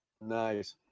Nice